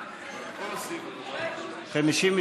לסעיף 1 לא נתקבלה.